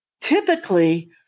typically